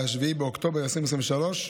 7 באוקטובר 2023,